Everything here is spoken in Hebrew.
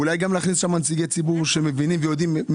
ואולי גם להכניס לשם נציגי ציבור שמבינים ויודעים.